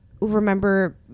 remember